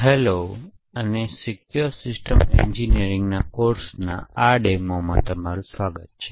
hello અને secure systems એન્જિનિયરિંગના કોર્સમાં આ ડેમોમાં સ્વાગત છે